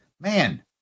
Man